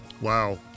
Wow